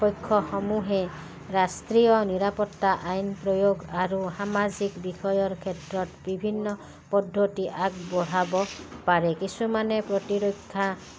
পক্ষসমূহে ৰাষ্ট্ৰীয় নিৰাপত্তা আইন প্ৰয়োগ আৰু সামাজিক বিষয়ৰ ক্ষেত্ৰত বিভিন্ন পদ্ধতি আগবঢ়াব পাৰে কিছুমানে প্ৰতিৰক্ষা